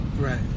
Right